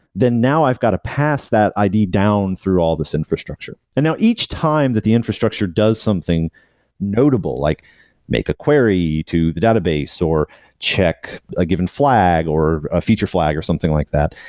then now i've got to pass that id down through all this infrastructure and now each time that the infrastructure does something notable, like make a query to the database, or check a given flag, or a feature flag, or something like that,